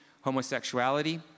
homosexuality